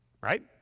Right